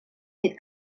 fet